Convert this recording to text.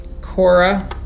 Cora